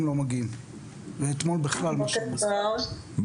בוקר טוב.